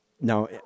Now